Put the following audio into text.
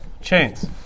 chains